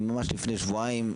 אני ממש לפני שבועיים,